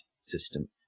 system